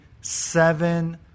seven